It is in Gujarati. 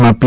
માં પી